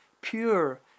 pure